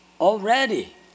already